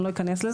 אני לא אכנס לזה.